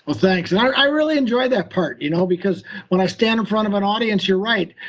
thanks, and i i really enjoyed that part you know because when i stand in front of an audience, you're right,